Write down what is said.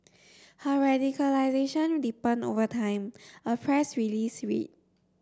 her radicalisation deepened over time a press release read